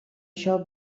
això